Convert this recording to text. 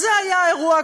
אז זה היה האירוע הקודם,